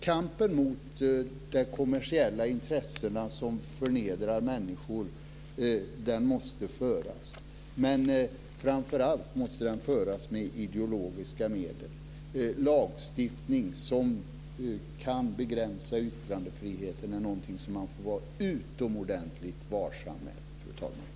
Kampen mot de kommersiella intressen som förnedrar människor måste föras, men framför allt med ideologiska medel. Lagstiftning som kan begränsa yttrandefriheten är något som man får vara utomordentligt varsam med, fru talman.